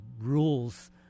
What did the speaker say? rules